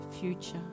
future